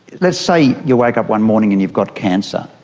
let's say you wake up one morning and you've got cancer.